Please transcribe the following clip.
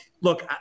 look